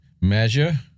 measure